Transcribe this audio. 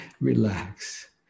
relax